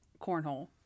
cornhole